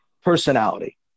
personality